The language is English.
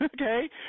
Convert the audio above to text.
okay